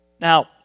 Now